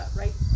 right